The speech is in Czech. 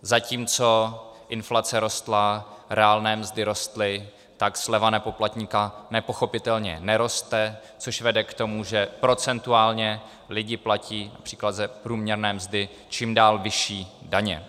Zatímco inflace rostla, reálné mzdy rostly, tak sleva na poplatníka nepochopitelně neroste, což vede k tomu, že procentuálně lidi platí např. z průměrné mzdy čím dál vyšší daně.